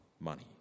money